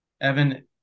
Evan